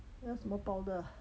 那什么 powder ah